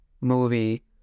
movie